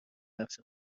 بخش